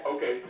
Okay